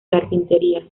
carpinterías